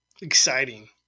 Exciting